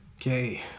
Okay